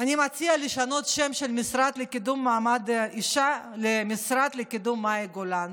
אני מציעה לשנות את שם המשרד למשרד לקידום מאי גולן,